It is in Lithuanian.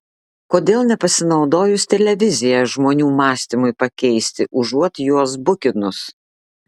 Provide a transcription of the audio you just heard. kodėl nepasinaudojus televizija žmonių mąstymui pakeisti užuot juos bukinus